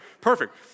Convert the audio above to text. Perfect